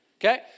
Okay